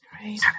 Right